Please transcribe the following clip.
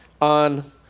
on